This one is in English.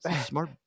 Smart